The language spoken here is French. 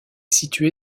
situé